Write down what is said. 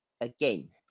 again